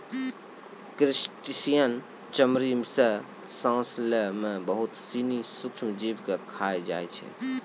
crustacean चमड़ी सें सांस लै में बहुत सिनी सूक्ष्म जीव के खाय जाय छै